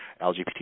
LGBT